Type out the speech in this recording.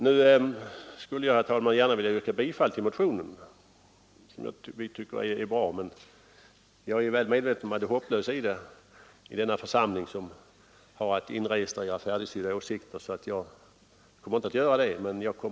Nu skulle jag, herr talman, gärna vilja yrka bifall till motionen, som vi tycker är bra. Men jag är väl medveten om det hopplösa i att ställa ett sådant yrkande i denna församling, som har att inregistrera färdigsydda åsikter, så jag kommer inte att göra det.